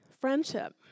Friendship